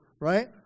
right